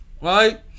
right